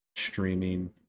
streaming